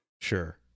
sure